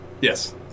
Yes